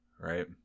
right